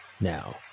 now